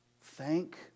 thank